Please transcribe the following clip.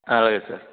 అలాగే సార్